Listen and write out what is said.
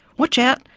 watch out!